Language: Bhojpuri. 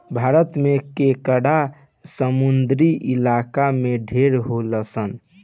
भारत में केकड़ा समुंद्री इलाका में ढेर होलसन